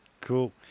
cool